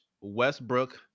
Westbrook